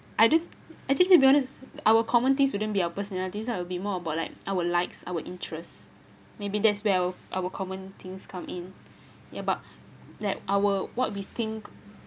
I didn't actually be honest our common things shouldn't be our personalities lah will be more about like our likes our interest maybe that's well our common things come in ya but like our what we think